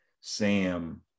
Sam